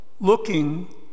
looking